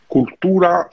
Cultura